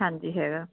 ਹਾਂਜੀ ਹੈਗਾ